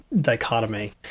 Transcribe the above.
dichotomy